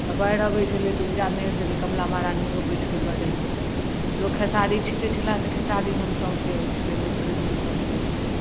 तऽ बाढ़ि अबैत छलै तऽ उपजा नहि होइ छलै कमला महरानी धो पोछि कऽ लऽ जाइत छलखिन लोक खेसारी छिटैत छलए तऽ खेसारी मनसम्पय होइत छलै मौसरी मनसम्पय होइत छलै